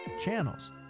channels